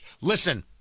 Listen